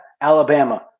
Alabama